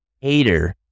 hater